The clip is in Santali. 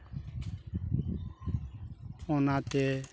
ᱚᱱᱟ ᱛᱮ